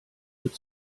wird